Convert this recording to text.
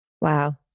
Wow